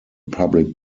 public